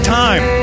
time